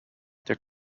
their